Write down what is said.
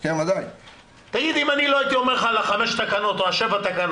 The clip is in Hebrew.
אני לא הייתי אומר לך על חמש תקנות או שבע תקנות,